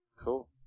Cool